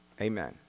Amen